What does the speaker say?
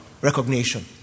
recognition